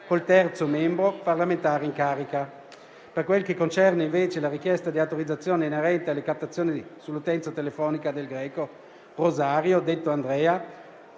il terzo membro, parlamentare in carica. Per quel che concerne invece la richiesta di autorizzazione inerente alle captazioni sull'utenza telefonica del Greco Rosario detto Andrea